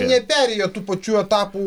neperėjo tų pačių etapų